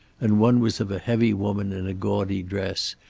and one was of a heavy woman in a gaudy dress,